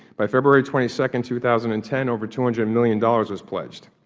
by february twenty second, two thousand and ten, over two hundred million dollars was pledged.